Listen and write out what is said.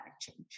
change